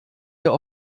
der